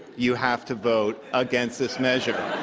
you have to vote against this measure.